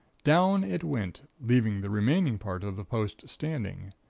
down it went, leaving the remaining part of the post standing.